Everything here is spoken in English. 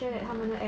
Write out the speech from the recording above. mm